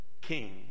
king